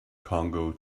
congo